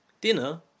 Dinner